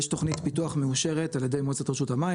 יש תוכנית פיתוח מאושרת על ידי מועצת רשות המים,